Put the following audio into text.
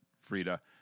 Frida